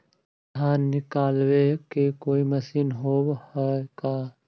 धान निकालबे के कोई मशीन होब है का?